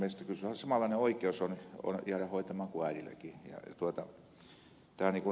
kyllä se samanlainen oikeus on jäädä hoitamaan kuin äidilläkin